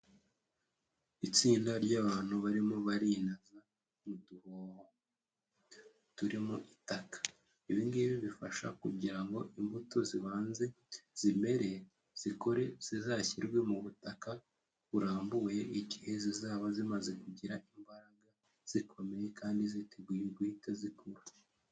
Itsinda ry'abantu barimo barinaza mu duhoho, turimo itaka. Ibi ngibi bifasha kugira ngo imbuto zibanze zimere, zikure zizashyirwe mu butaka burambuye igihe zizaba zimaze kugira imbaraga, zikomeye kandi ziteguye guhita zikura.